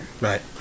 Right